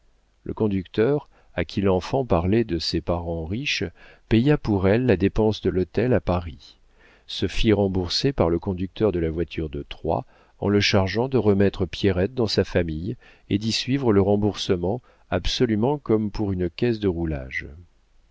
le conducteur à qui l'enfant parlait de ses parents riches paya pour elle la dépense de l'hôtel à paris se fit rembourser par le conducteur de la voiture de troyes en le chargeant de remettre pierrette dans sa famille et d'y suivre le remboursement absolument comme pour une caisse de roulage